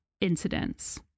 incidents